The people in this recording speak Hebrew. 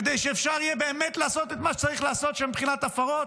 כדי שאפשר יהיה באמת לעשות את מה צריך לעשות שם מבחינת הפרות,